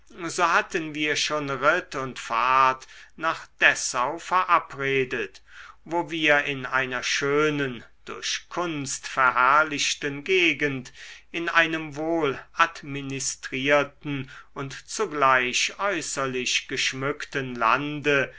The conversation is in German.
so hatten wir schon ritt und fahrt nach dessau verabredet wo wir in einer schönen durch kunst verherrlichten gegend in einem wohl administrierten und zugleich äußerlich geschmückten lande